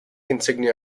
insignia